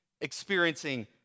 experiencing